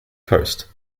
coast